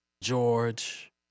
George